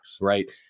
right